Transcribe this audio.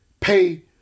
pay